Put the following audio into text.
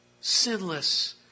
sinless